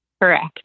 Correct